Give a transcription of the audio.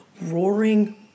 roaring